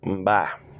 Bye